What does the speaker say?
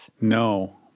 No